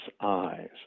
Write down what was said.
eyes